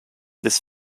this